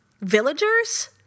villagers